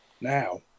now